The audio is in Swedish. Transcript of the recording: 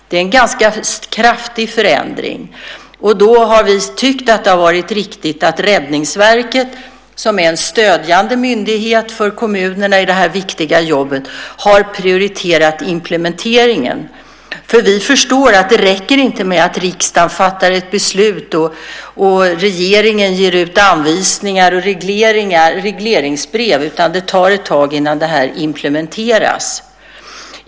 Det är en ganska kraftig förändring, och då har vi tyckt att det har varit riktigt att Räddningsverket, som är en stödjande myndighet för kommunerna i det här viktiga jobbet, har prioriterat implementeringen. Vi förstår nämligen att det inte räcker med att riksdagen fattar ett beslut och att regeringen ger ut anvisningar och regleringar i regleringsbrev, utan det tar ett tag innan det här implementeras.